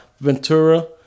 Ventura